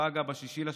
פגה ב-6 ביולי,